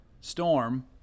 storm